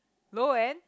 Loann